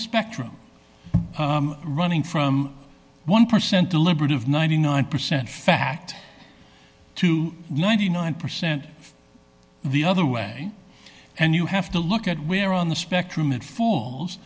spectrum running from one percent deliberative ninety nine percent fact to ninety nine percent the other way and you have to look at where on the spectrum it falls